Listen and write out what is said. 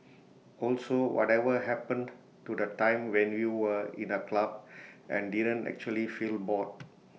also whatever happened to the time when you were in A club and didn't actually feel bored